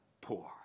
poor